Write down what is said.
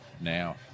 Now